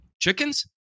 Chickens